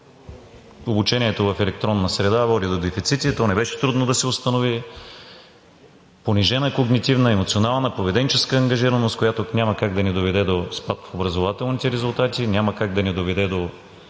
обучението в електронна среда води до дефицити. То не беше трудно да се установи, понижена конгнитивна, емоционална, поведенческа ангажираност, която няма как да не доведе до спад в образователните резултати, няма как да не доведе до